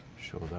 sure,